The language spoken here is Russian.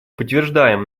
подтверждаем